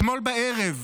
אתמול בערב,